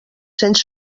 cents